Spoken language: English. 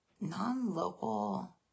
non-local